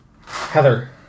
Heather